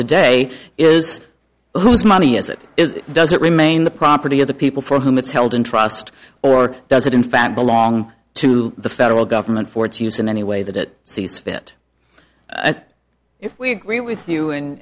today is whose money is it is does it remain the property of the people for whom it is held in trust or does it in fact belong to the federal government for its use in any way that it sees fit if we agree with you and